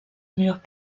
murs